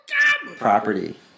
Property